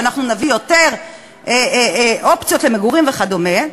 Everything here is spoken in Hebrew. שאנחנו נביא יותר אופציות למגורים וכדומה,